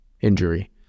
injury